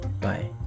Bye